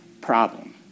problem